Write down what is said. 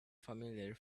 familiar